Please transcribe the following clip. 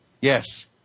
Yes